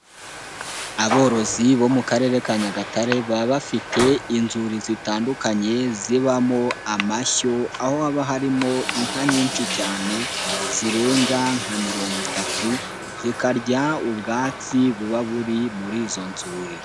Aborozi bo mu karere ka Nyagatare baba bafite inzuri zitandukanye zibamo amashyo aho haba harimo inka nyinshi cyane zirenga nka mirongo itatu zikarya ubwatsi buba buri muri izo nzuri.